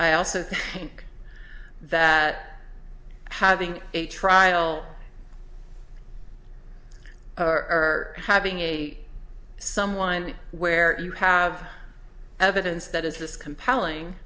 i also think that having a trial or having a someone where you have evidence that is this compelling